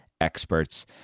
experts